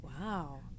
Wow